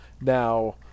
now